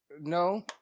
No